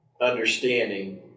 understanding